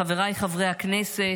חבריי חברי הכנסת,